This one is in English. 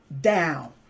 down